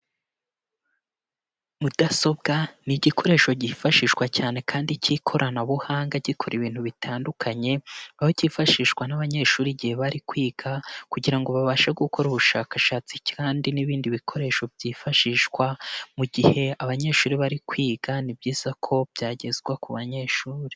Mudasobwa ni igikoresho cyifashishwa cyane kandi cy'ikoranabuhanga gikora ibintu bitandukanye, aho cyifashishwa n'abanyeshuri igihe bari kwiga kugira ngo babashe gukora ubushakashatsi kandi n'ibindi bikoresho byifashishwa, mu gihe abanyeshuri bari kwiga ni byiza ko byagezwa ku banyeshuri.